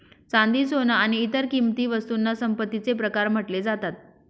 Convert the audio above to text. चांदी, सोन आणि इतर किंमती वस्तूंना संपत्तीचे प्रकार म्हटले जातात